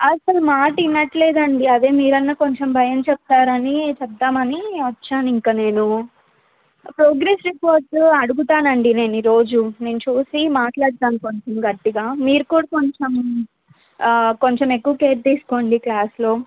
అస్సలు మాట వినట్లేదు అండి అదే మీరైనా కొంచెం భయం చెప్తారని చెప్దామని వచ్చాను ఇంక నేను ప్రోగ్రెస్ రిపోర్టు అడుగుతానండి నేను ఈరోజు నేను చూసి మాట్లాడతాను కొంచెం గట్టిగా మీరు కూడా కొంచెం కొంచెం ఎక్కువ కేర్ తీసుకోండి క్లాస్లో